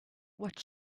what